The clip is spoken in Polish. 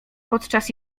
podczas